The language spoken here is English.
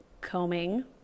combing